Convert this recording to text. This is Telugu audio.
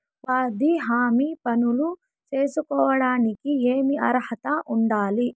ఉపాధి హామీ పనులు సేసుకోవడానికి ఏమి అర్హత ఉండాలి?